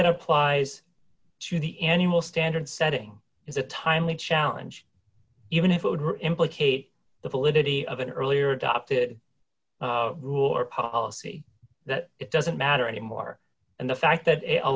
that applies to the animal standard setting is a timely challenge even if it were implicate the validity of an earlier adopted rule or policy that it doesn't matter anymore and the fact that a